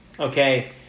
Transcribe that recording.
Okay